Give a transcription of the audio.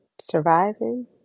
Surviving